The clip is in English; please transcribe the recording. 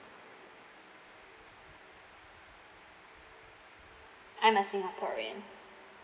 I'm a singaporean